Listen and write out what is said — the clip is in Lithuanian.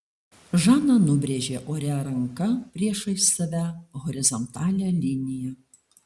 žana nubrėžė ore ranka priešais save horizontalią liniją